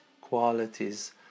qualities